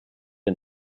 and